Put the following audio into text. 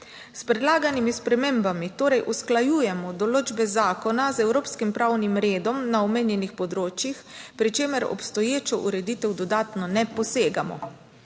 S predlaganimi spremembami torej usklajujemo določbe zakona z evropskim pravnim redom na omenjenih področjih, pri čemer v obstoječo ureditev dodatno ne posegamo.